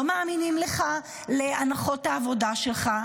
לא מאמינים לך להנחות העבודה שלך.